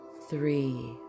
Three